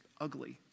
ugly